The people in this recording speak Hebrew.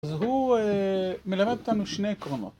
אז הוא מלמד אותנו שני עקרונות.